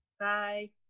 Bye